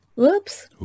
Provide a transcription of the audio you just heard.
Whoops